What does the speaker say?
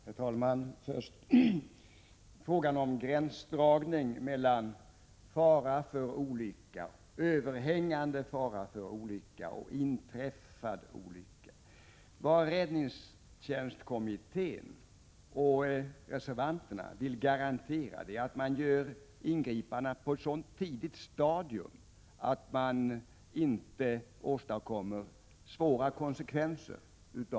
Herr talman! Det är här fråga om gränsdragning mellan fara för olycka, överhängande fara för olycka och inträffad olycka. Det räddningstjänstkommittén och reservanterna vill garantera är att ingripandena görs på ett så tidigt stadium att olyckan inte får svåra konsekvenser.